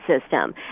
system